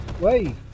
Wait